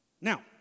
Now